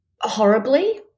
Horribly